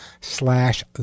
slash